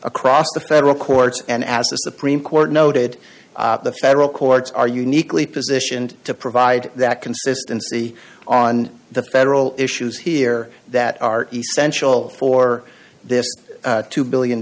across the federal courts and as the supreme court noted the federal courts are uniquely positioned to provide that consistency on the federal issues here that are essential for this two billion